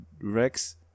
Rex